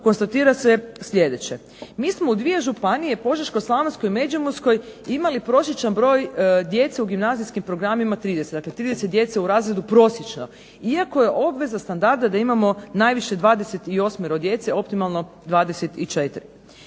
konstatira se sljedeće. MI smo u dvije županije Požeško-slavonskoj i međimurskoj imali prosječan broj djece u gimnazijskim programima 30. Dakle 30 djece u razredu prosječno, iako je obveza standarda da imamo najviše 28 djece optimalno 24.